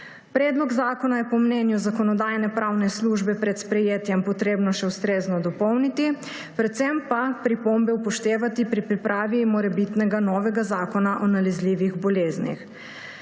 Predlog zakona je po mnenju Zakonodajno-pravne službe pred sprejetjem potrebno še ustrezno dopolniti, predvsem pa pripombe upoštevati pri pripravi morebitnega novega zakona o nalezljivih boleznih.